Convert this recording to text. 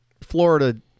Florida